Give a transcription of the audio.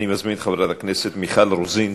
אני מזמין את חברת הכנסת מיכל רוזין.